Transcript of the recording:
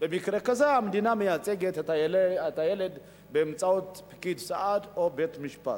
ובמקרה כזה המדינה מייצגת את הילד באמצעות פקיד סעד או בית-משפט.